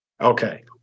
Okay